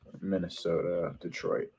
Minnesota-Detroit